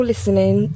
listening